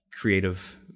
creative